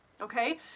okay